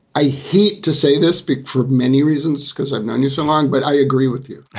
i hate to say this because for many reasons, because i've known you so long, but i agree with you.